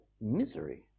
Misery